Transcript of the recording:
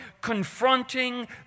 confronting